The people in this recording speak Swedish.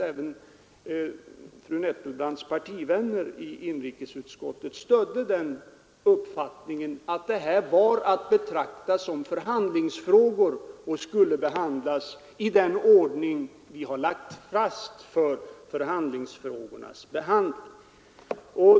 Även fru Nettelbrandts partivänner i inrikesutskottet stödde således uppfattningen att det här var att betrakta som förhandlingsfrågor och skulle behandlas i den ordning som vi har lagt fast för förhandlingsfrågornas behandling.